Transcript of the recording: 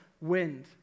wind